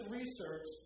research